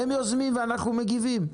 הם יוזמים ואנחנו מגיבים.